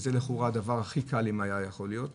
שזה לכאורה הדבר הכי קל אם היה יכול להיות,